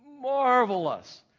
Marvelous